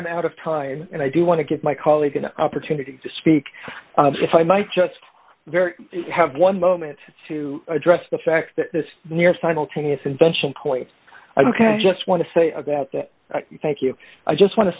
i'm out of time and i do want to give my colleague an opportunity to speak if i might just very have one moment to address the fact that this near simultaneous invention point ok i just want to say about that thank you i just want to